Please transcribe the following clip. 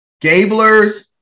Gabler's